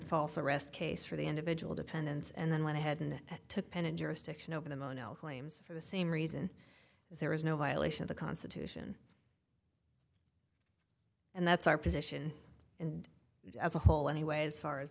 false arrest case for the individual dependents and then went ahead and took pen and jurisdiction over the mono claims for the same reason there is no violation of the constitution and that's our position and as a whole anyway as far as